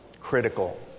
critical